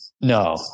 no